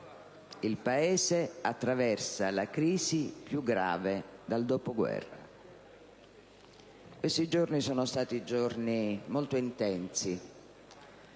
il Paese attraversa la crisi più grave dal dopoguerra. Quelli passati sono stati giorni molto intensi.